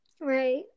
right